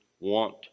Want